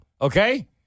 Okay